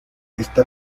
está